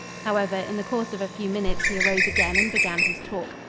however, in the course of a few minutes he arose again and began his talk.